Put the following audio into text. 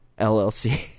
LLC